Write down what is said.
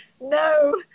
no